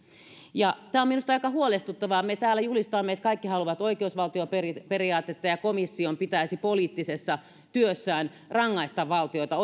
tämä on minusta aika huolestuttavaa että me täällä julistamme että kaikki haluavat oikeusvaltioperiaatetta ja komission pitäisi poliittisessa työssään rangaista valtioita